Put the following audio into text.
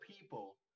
people